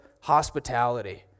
hospitality